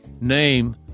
name